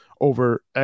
over